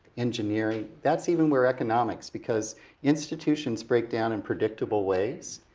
engineering, that's even where economics, because institutions break down in predictable ways.